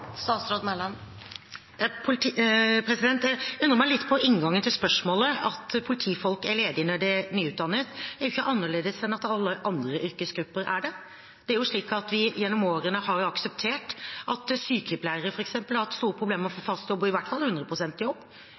Jeg undrer meg litt over inngangen til spørsmålet. At politifolk er ledige når de er nyutdannet, er jo ikke annerledes enn at alle andre yrkesgrupper er det. Det er jo slik at vi gjennom årene har akseptert at sykepleiere f.eks. har hatt store problemer med å få fast jobb, i hvert fall 100 pst. jobb,